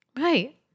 Right